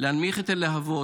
להנמיך את הלהבות,